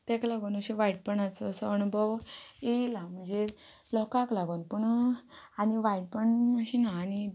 तेका लागून अशे वायटपणाचो असो अणभव येयला म्हणजे लोकांक लागून पूण आनी वायटपण अशी ना आनी